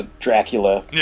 Dracula